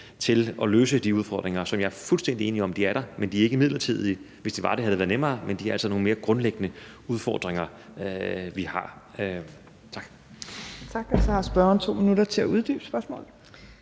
til at løse de udfordringer, som jeg er fuldstændig enig i er der. Men de er ikke midlertidige. Hvis de var det, havde det været nemmere, men det er altså nogle mere grundlæggende udfordringer, vi har. Tak. Kl. 15:00 Tredje næstformand (Trine Torp): Tak, og så har spørgeren 2 minutter til at uddybe spørgsmålet.